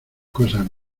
cosas